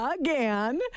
again